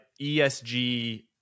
ESG